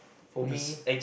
for me